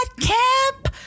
camp